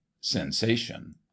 sensation